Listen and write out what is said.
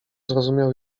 zrozumiał